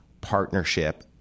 partnership